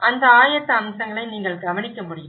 அந்த ஆயத்த அம்சங்களை நீங்கள் கவனிக்க முடியும்